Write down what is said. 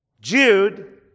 Jude